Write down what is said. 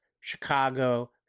Chicago